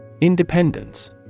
Independence